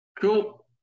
Cool